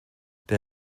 der